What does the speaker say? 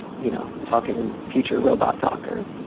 you know, talking in future robot talker.